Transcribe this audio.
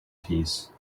peace